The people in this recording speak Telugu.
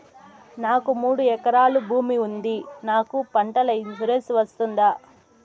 నాకు మూడు ఎకరాలు భూమి ఉంది నాకు పంటల ఇన్సూరెన్సు వస్తుందా?